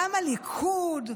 גם הליכוד,